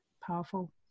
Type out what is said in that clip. powerful